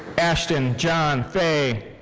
ashton john fay.